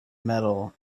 metal